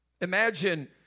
Imagine